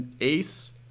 ace